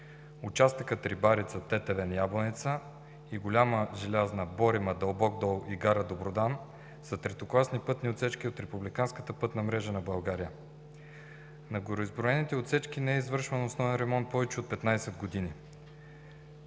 Участъкът Рибарица – Тетевен – Ябланица и Голяма – Желязна – Борима – Дълбок дол и гара Добродан, са третокласни пътни отсечки от републиканската пътна мрежа на България. На гореизброените отсечки не е извършвано основен ремонт повече от 15 години.